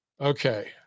Okay